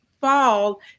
fall